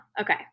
Okay